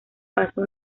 pasa